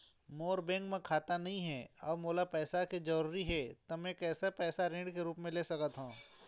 मोर bank म खाता नई हे अउ मोला पैसा के जरूरी हे त मे कैसे पैसा ऋण के रूप म ले सकत हो?